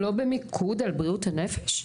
היא לא במיקוד על בריאות הנפש?